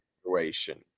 situation